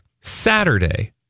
Saturday